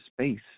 space